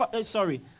sorry